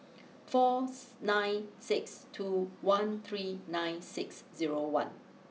fourth nine six two one three nine six zero one